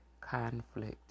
conflict